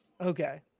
Okay